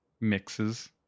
mixes